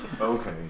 okay